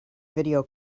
video